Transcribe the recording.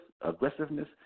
aggressiveness